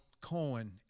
Cohen